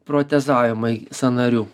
protezavimai sąnarių